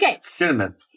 Cinnamon